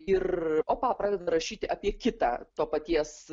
ir opa pradeda rašyti apie kitą to paties